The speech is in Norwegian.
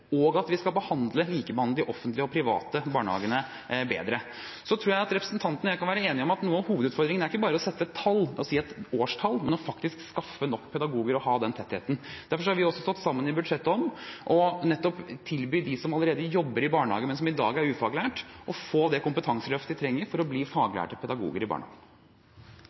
og at vi skal likebehandle de offentlige og de private barnehagene bedre. Jeg tror at representanten og jeg kan være enige om at noe av hovedutfordringen ikke bare er å sette et tall og si et årstall, men faktisk skaffe nok pedagoger og ha den tettheten. Derfor har vi også stått sammen i budsjettet om nettopp å tilby dem som allerede jobber i barnehage, men som i dag er ufaglært, det kompetanseløftet de trenger for å bli faglærte pedagoger i